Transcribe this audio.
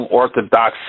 orthodox